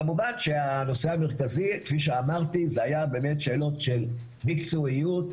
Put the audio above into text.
כמובן שהנושא המרכזי כפי שאמרתי היה באמת שאלות של מקצועיות,